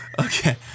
okay